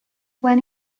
when